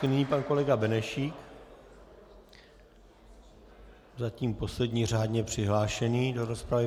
Nyní pan kolega Benešík, zatím poslední řádně přihlášený do rozpravy.